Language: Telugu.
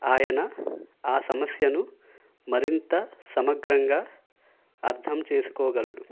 ఆయన ఆ సమస్యను మరింత సమగ్రంగా అర్థం చేసుకోగలడు